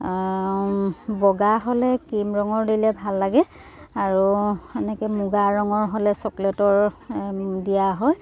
বগা হ'লে ক্ৰীম ৰঙৰ দিলে ভাল লাগে আৰু এনেকৈ মুগা ৰঙৰ হ'লে চকলেটৰ দিয়া হয়